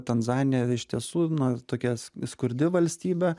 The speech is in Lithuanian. tanzanija iš tiesų na tokia skurdi valstybė